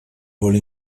vola